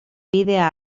bidea